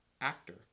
actor